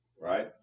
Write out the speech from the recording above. right